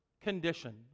condition